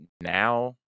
now